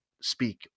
speak